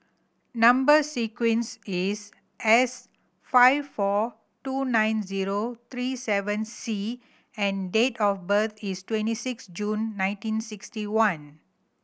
number sequence is S five four two nine zero three seven C and date of birth is twenty six June nineteen sixty one